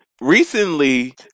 recently